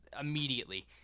immediately